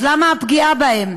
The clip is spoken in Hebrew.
אז למה הפגיעה בהם?